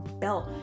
belt